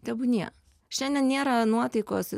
tebūnie šiandien nėra nuotaikos